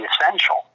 essential